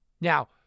Now